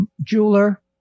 jeweler